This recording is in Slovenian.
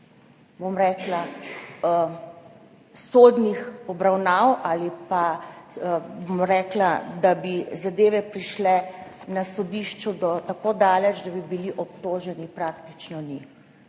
velikih sodnih obravnav ali pa bom rekla, da bi zadeve prišle na sodišču tako daleč, da bi bili obtoženi, praktično ni,